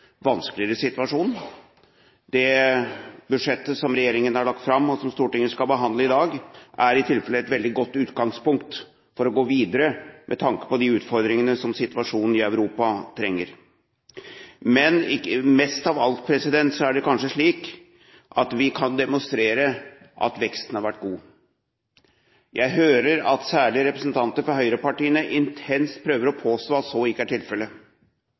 vanskeligere situasjon. Det budsjettet som regjeringen har lagt fram, og som Stortinget skal behandle i dag, er i tilfellet et veldig godt utgangspunkt for å gå videre med tanke på de utfordringene som situasjonen i Europa skaper. Men mest av alt er det kanskje slik at vi kan demonstrere at veksten har vært god. Jeg hører at særlig representanter fra høyrepartiene intenst prøver å påstå at så ikke er tilfellet.